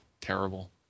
terrible